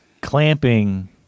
clamping